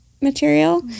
material